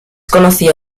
conocida